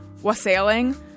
wassailing